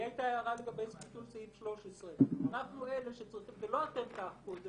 לי היתה הערה לגבי ביטול סעיף 13. זה לא אתם תאכפו את זה,